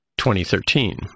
2013